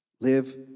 Live